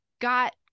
Got